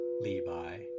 Levi